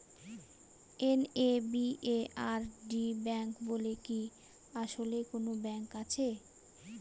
NABARD bank বলে কি আসলেই কোনো ব্যাংক আছে?